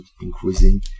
increasing